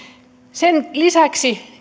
sen lisäksi